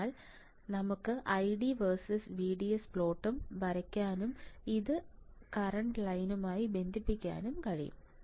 അതിനാൽ ഞങ്ങൾക്ക് ID versus VGS പ്ലോട്ടും വരയ്ക്കാനും അത് കറൻറ് ലൈനുമായി ബന്ധിപ്പിക്കാനും കഴിയും